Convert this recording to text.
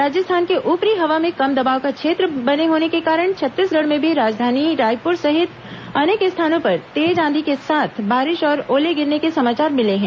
राजस्थान के ऊपरी हवा में कम दबाव का क्षेत्र बने होने के कारण छत्तीसगढ़ में भी राजधानी रायपुर सहित अनेक स्थानों पर तेज आंधी के साथ बारिश और ओले गिरने के समाचार मिले हैं